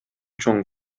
чоң